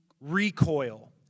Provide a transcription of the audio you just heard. recoil